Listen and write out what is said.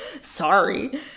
sorry